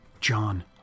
John